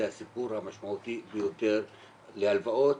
זה הסיפור המשמעותי ביותר להלוואות,